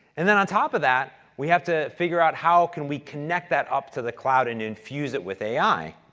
and then on top of that, we have to figure out, how can we connect that up to the cloud and infuse it with a. i?